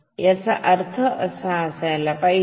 ह्याचा अर्थ हे जास्त असायला पाहिजे